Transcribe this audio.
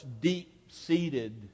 deep-seated